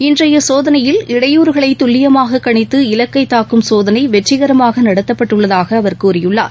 இன்றைய சோதளையில் இடையூறுகளை துல்லியமாக கணித்து இலக்கைத் தாக்கும் சோதனை வெற்றிகரமாக நடத்தப்பட்டுள்ளதாக அவர் கூறியுள்ளார்